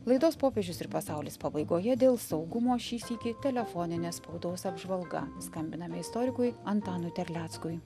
laidos popiežius ir pasaulis pabaigoje dėl saugumo šį sykį telefoninė spaudos apžvalga skambiname istorikui antanui terleckui